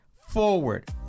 forward